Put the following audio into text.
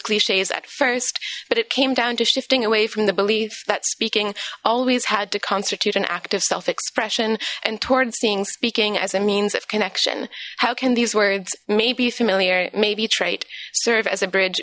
cliches at first but it came down to shifting away from the belief that speaking always had to constitute an act of self expression and towards seeing speaking as a means of connection how can these words may be familiar maybe trite serve as a bridge